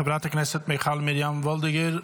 חברת הכנסת מיכל מרים וולדיגר,